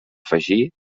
afegí